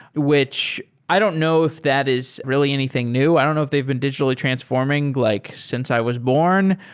which i don't know if that is really anything new. i don't know if they've been digitally transforming like since i was born.